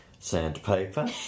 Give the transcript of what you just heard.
Sandpaper